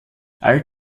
all